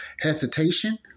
hesitation